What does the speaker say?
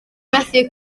methu